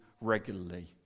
regularly